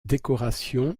décoration